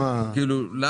אני